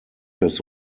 his